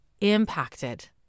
impacted